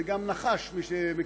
זה גם נחש, למי שמכיר.